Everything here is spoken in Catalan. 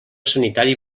sanitari